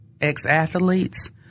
ex-athletes